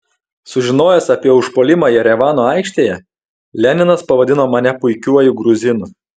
sužinojęs apie užpuolimą jerevano aikštėje leninas pavadino mane puikiuoju gruzinu